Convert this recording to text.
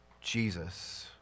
Jesus